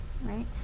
right